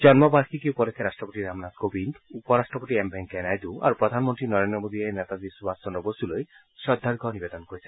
জন্ম বাৰ্ষিকী উপলক্ষে ৰাট্টপতি ৰামনাথ কোবিন্দ উপ ৰাট্টপতি এম ভেংকায়া নাইডু আৰু প্ৰধানমন্তী নৰেন্দ্ৰ মোদীয়ে নেতাজী সুভাষ চন্দ্ৰ বসুলৈ শ্ৰদ্ধাৰ্য নিবেদন কৰিছে